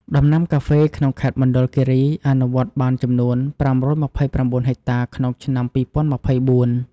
ដំណាំកាហ្វេក្នុងខេត្តមណ្ឌលគិរី អនុវត្តបានចំនួន ៥២៩ ហិកតាក្នុងឆ្នាំ២០២៤។